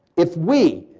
if we,